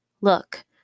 Look